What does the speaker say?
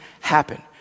happen